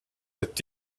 het